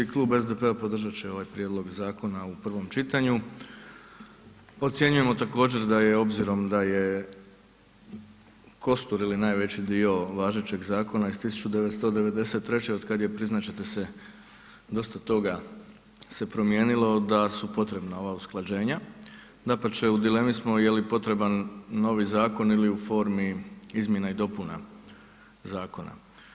Klub SDP-a podržat će ovaj prijedlog zakona u prvom čitanju, ocjenjujemo također da je obzirom da je kostur ili najveći dio važećeg zakona iz 1993. otkad je priznat će se dosta toga se promijenilo, da su potrebna ova usklađenja, dapače, u dilemi smo je li potreban novi zakon ili u formi izmjena i dopuna zakona.